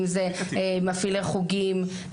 אם אלה מפעילי חוגים,